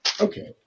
Okay